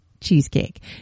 cheesecake